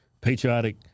patriotic